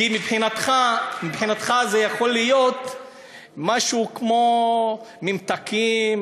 כי מבחינתך זה יכול להיות משהו כמו ממתקים,